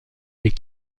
est